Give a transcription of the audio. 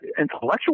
intellectual